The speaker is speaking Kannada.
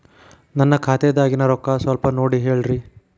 ನನ್ನ ಖಾತೆದಾಗಿನ ರೊಕ್ಕ ಸ್ವಲ್ಪ ನೋಡಿ ಹೇಳ್ರಿ